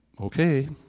okay